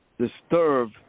disturb